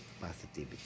positivity